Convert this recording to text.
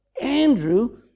Andrew